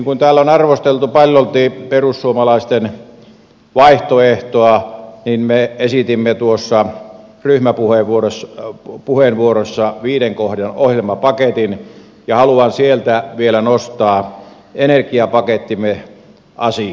kun täällä on arvosteltu paljolti perussuomalaisten vaihtoehtoa niin me esitimme tuossa ryhmäpuheenvuorossa viiden kohdan ohjelmapaketin ja haluan sieltä vielä nostaa energiapakettimme asian